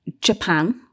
Japan